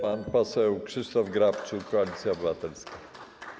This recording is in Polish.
Pan poseł Krzysztof Grabczuk, Koalicja Obywatelska.